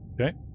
Okay